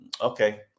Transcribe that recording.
Okay